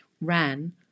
ran